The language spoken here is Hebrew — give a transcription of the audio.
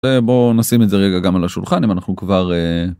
בוא נשים את זה רגע גם על השולחן אם אנחנו כבר.